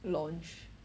launch